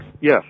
Yes